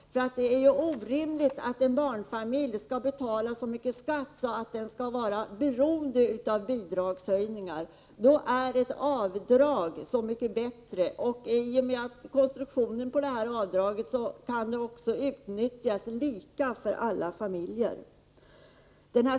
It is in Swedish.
Det är orimligt att en barnfamilj skall behöva betala så mycket skatt att den skall vara beroende av en bidragshöjning. Då är ett avdrag så mycket bättre, i och med att konstruktionen på detta avdrag gör att det kan utnyttjas lika av alla familjer.